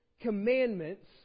commandments